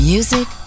Music